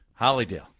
Hollydale